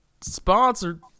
sponsored